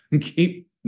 keep